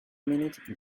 minute